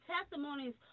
testimonies